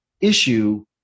issue